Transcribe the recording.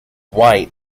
white